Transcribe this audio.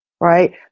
Right